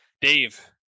Dave